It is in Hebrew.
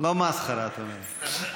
לא מסחרה, את אומרת.